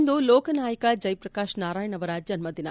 ಇಂದು ಲೋಕನಾಯಕ ಜಯಪ್ರಕಾಶ್ ನಾರಾಯಣ್ ಅವರ ಜನ್ಸದಿನ